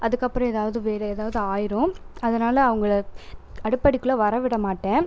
அதுக்கப்புறம் ஏதாவது வேறு ஏதாவது ஆயிரும் அதனால் அவங்களை அடுப்படிக்குள்ளே வர விடமாட்டேன்